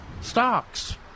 stocks